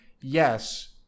yes